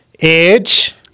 edge